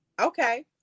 okay